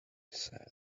said